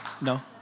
No